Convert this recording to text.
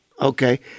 Okay